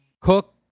Cook